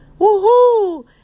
Woohoo